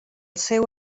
seu